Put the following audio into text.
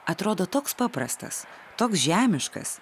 atrodo toks paprastas toks žemiškas